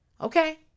Okay